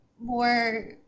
more